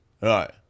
Right